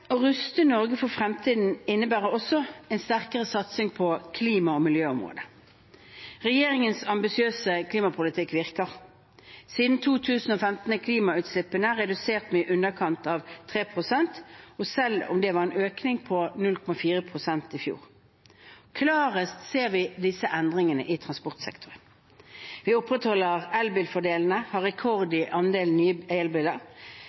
Å ruste Norge for fremtiden innebærer også en sterkere satsing på klima- og miljøområdet. Regjeringens ambisiøse klimapolitikk virker. Siden 2015 er klimagassutslippene redusert med i underkant av 3 pst., selv om det var en økning på 0,4 pst. i fjor. Klarest ser vi disse endringene i transportsektoren. Vi opprettholder elbilfordelene og har rekord i andel nye elbiler.